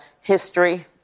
history